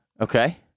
Okay